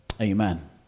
Amen